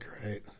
great